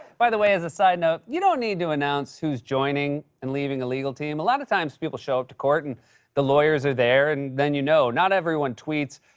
by the way, as a side note, you don't need to announce who's joining and leaving a legal team. a lot of times people show up to court and the lawyers are there and then you know. not everyone tweets.